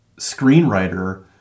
screenwriter